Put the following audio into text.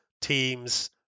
teams